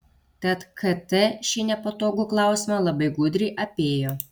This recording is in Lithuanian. tad kt šį nepatogų klausimą labai gudriai apėjo